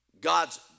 God's